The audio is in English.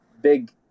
big